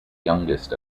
youngest